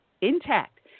intact